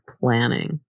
planning